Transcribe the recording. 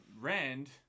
Rand